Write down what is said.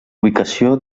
ubicació